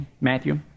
Matthew